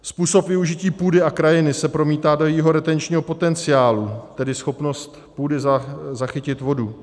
Způsob využití půdy a krajiny se promítá do jejího retenčního potenciálu, tedy schopnost půdy zachytit vodu.